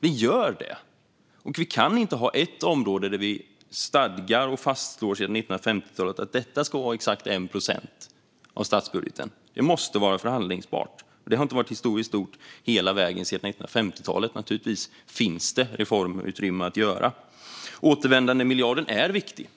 Vi kan inte ha ett område där vi sedan 1950-talet stadgar och fastslår att detta ska vara exakt 1 procent av statsbudgeten. Det måste vara förhandlingsbart. Det har inte varit ett historiskt stort behov hela vägen sedan 1950-talet, utan naturligtvis finns det reformutrymme. Återvändandemiljarden är viktig.